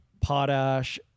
potash